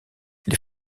les